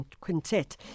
Quintet